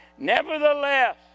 Nevertheless